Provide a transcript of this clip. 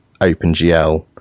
OpenGL